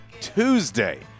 Tuesday